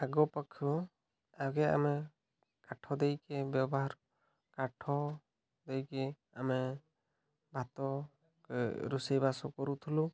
ଆଗ ଅପେକ୍ଷା ଆଗେ ଆମେ କାଠ ଦେଇକି ବ୍ୟବହାର କାଠ ଦେଇକି ଆମେ ଭାତ ରୋଷେଇବାସ କରୁଥିଲୁ